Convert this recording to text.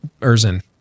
Erzin